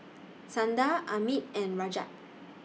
Sundar Amit and Rajat